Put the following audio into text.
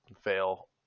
fail